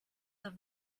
der